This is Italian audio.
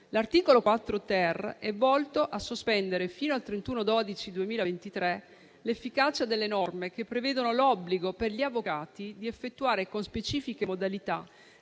L'articolo 4-*ter* è volto a sospendere fino al 31 dicembre 2023 l'efficacia delle norme che prevedono l'obbligo per gli avvocati di effettuare con specifiche modalità